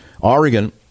Oregon